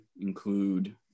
include